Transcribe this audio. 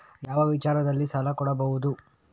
ಯಾವ ವಿಚಾರದಲ್ಲಿ ಸಾಲ ಕೊಡಬಹುದು?